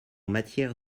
matière